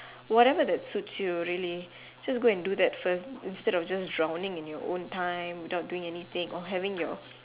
whatever that suits you really just go and do that first instead of just drowning in your own time without doing anything or having your